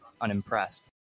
unimpressed